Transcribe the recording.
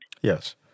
Yes